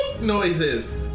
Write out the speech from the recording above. noises